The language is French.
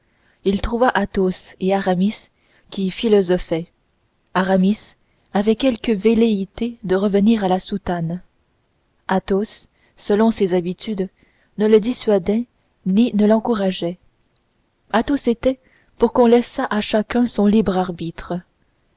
il trouva athos et aramis qui philosophaient aramis avait quelques velléités de revenir à la soutane athos selon ses habitudes ne le dissuadait ni ne l'encourageait athos était pour qu'on laissât à chacun son libre arbitre